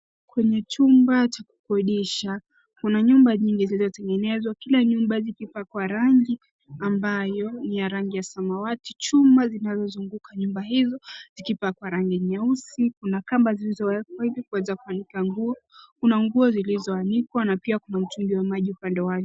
Kwenye chumba cha kukodisha. Kuna nyumba nyingi zinatengenezwa. Kila nyumba zikipakwa rangi ambayo ni ya rangi ya samawati. Chuma zinazozunguka nyumba hizo zikipakwa rangi nyeusi. Kuna kamba zilizowekwa ili kuweza kuanika nguo. Kuna nguo zilizoanikwa na pia kuna mtungi wa maji upande wake.